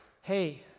hey